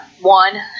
one